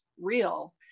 real